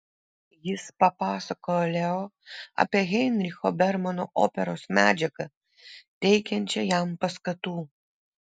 jis papasakojo leo apie heinricho bermano operos medžiagą teikiančią jam paskatų